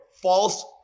false